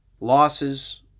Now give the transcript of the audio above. losses